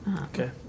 Okay